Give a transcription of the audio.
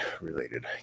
related